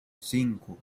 cinco